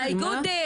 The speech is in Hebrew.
אם הם היו באים.